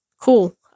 cool